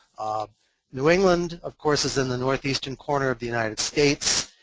new england of course is in the northeastern corner of the united states.